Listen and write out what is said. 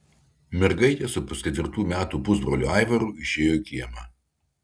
mergaitė su pusketvirtų metų pusbroliu aivaru išėjo į kiemą